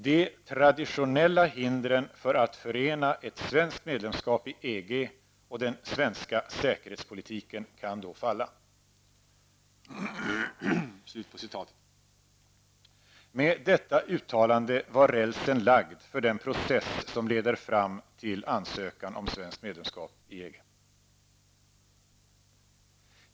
De traditionella hindren för att förena ett svenskt medlemskap i EG och den svenska säkerhetspolitiken kan då falla.'' Med detta uttalande var rälsen lagd för den process som leder fram till ansökan om ett svenskt medlemskap i EG.